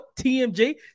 TMJ